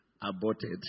aborted